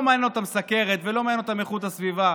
לא מעניין אותם סוכרת ולא מעניין אותם איכות הסביבה,